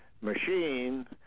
machine